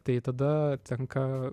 tai tada tenka